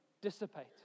dissipate